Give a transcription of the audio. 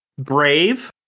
Brave